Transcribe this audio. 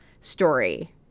story